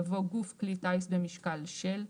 יבוא "גוף כלי טיס במשקל של".